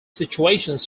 situations